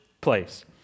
place